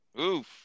Oof